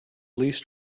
least